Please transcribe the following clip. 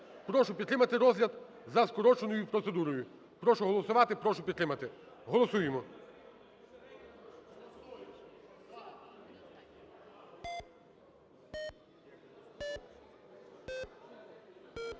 Прошу підтримати розгляд за скороченою процедурою. Прошу голосувати. Прошу підтримати. Голосуємо.